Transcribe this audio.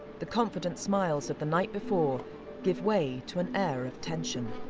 the confident smiles of the night before give way to an air of tension.